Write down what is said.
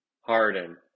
Harden